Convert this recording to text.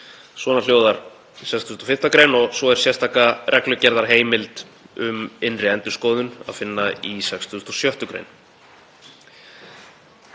Svona hljóðar 65. gr. Svo er sérstaka reglugerðarheimild um innri endurskoðun að finna í 66. gr.